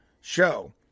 show